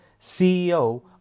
CEO